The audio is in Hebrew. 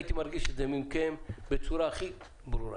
הייתי מרגיש את זה מכם בצורה הכי ברורה.